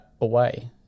Away